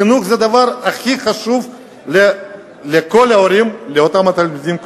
חינוך זה הדבר הכי חשוב לכל ההורים לאותם התלמידים,